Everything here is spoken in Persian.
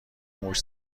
موج